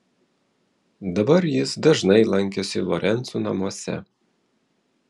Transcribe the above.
dabar jis dažnai lankėsi lorencų namuose